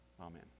Amen